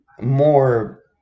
more